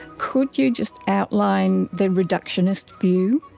could you just outline the reductionist view?